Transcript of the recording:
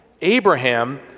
Abraham